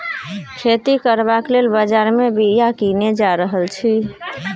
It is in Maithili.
खेती करबाक लेल बजार मे बीया कीने जा रहल छी